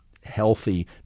healthy